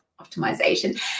optimization